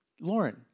Lauren